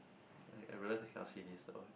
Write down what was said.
I realised I cannot say this so